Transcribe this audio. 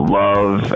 love